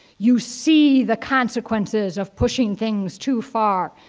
you see the consequences of pushing things too far.